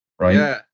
Right